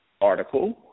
article